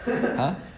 ha